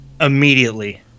immediately